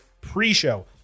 pre-show